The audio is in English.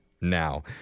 now